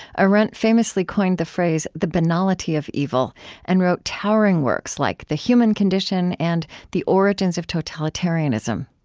arendt famously coined the phrase the banality of evil and wrote towering works like the human condition and the origins of totalitarianism.